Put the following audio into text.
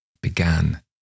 began